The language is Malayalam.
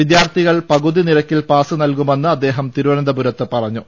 വിദ്യാർത്ഥികൾ പകുതി നിരക്കിൽ പാസ് നൽകുമെന്ന് അദ്ദേഹം തിരുവനന്തപുരത്ത് പറഞ്ഞു